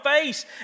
face